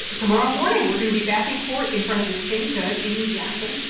ah tomorrow morning, we're going to be back in court in front of this same judge, amy jackson,